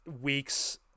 weeks